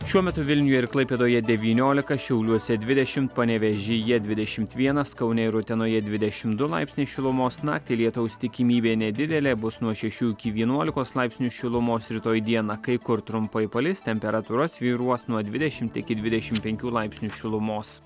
šiuo metu vilniuje ir klaipėdoje devyniolika šiauliuose dvidešim panevėžyje dvidešimt vienas kaune ir utenoje dvidešim du laipsniai šilumos naktį lietaus tikimybė nedidelė bus nuo šešių iki vienuolikos laipsnių šilumos rytoj dieną kai kur trumpai palis temperatūra svyruos nuo dvidešimt iki dvidešim penkių laipsnių šilumos